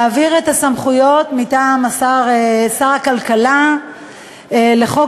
להעביר את הסמכויות מטעם שר הכלכלה לחוק